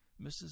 Mrs